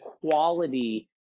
quality